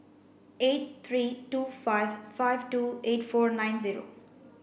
eight three two five five two eight four nine zero